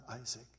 Isaac